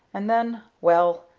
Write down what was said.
and then well,